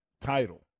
title